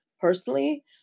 personally